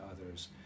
others